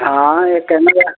हँ ई केन्ने जाएब